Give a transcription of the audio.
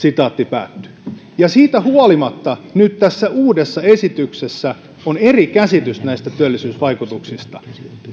ja siitä huolimatta nyt tässä uudessa esityksessä on eri käsitys työllisyysvaikutuksista